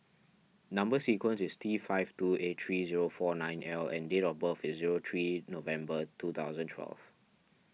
Number Sequence is T five two eight three zero four nine L and date of birth is zero three November two thousand twelve